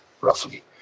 roughly